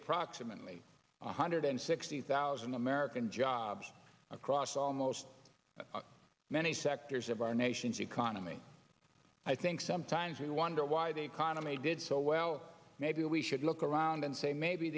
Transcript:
approximately one hundred sixty thousand american jobs across almost many sectors of our nation's economy i think sometimes we wonder why the economy did so well maybe we should look around and say maybe